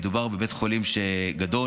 שמדובר בבית חולים גדול.